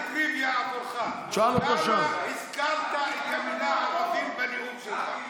יש שאלת טריוויה עבורך: כמה הזכרת את המילה ערבים בנאום שלך?